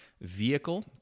vehicle